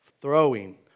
throwing